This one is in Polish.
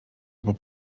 albo